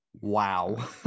Wow